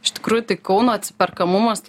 iš tikrųjų tik kauno atsiperkamumas